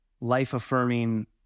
life-affirming